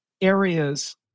areas